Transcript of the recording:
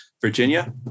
Virginia